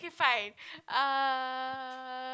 K fine uh